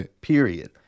period